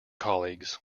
colleagues